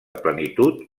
plenitud